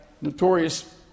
notorious